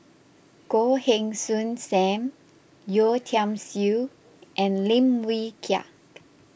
Goh Heng Soon Sam Yeo Tiam Siew and Lim Wee Kiak